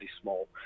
small